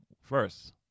first